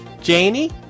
Janie